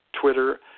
Twitter